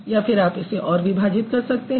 या फिर आप इसे और विभाजित कर सकते हैं